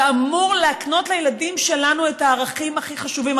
מי שאמור להקנות לילדים שלנו את הערכים הכי חשובים,